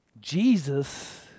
Jesus